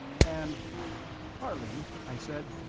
and harley, i said,